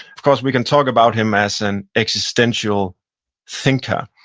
of course we can talk about him as an existential thinker,